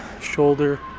shoulder